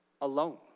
alone